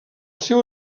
seu